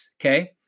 Okay